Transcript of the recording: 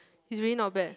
is really not bad